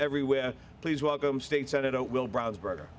everywhere please welcome state senator will brownsburg